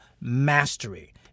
mastery